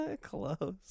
Close